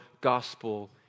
gospel